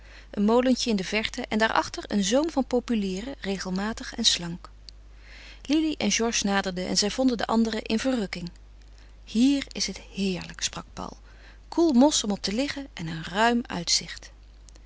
een molentje in de verte en daarachter een zoom van populieren regelmatig en slank lili en georges naderden en zij vonden de anderen in verrukking hier is het heerlijk sprak paul koel mos om op te liggen en een ruim uitzicht